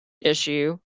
issue